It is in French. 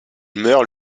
meurt